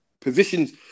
positions